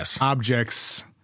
objects